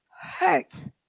hurts